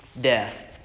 death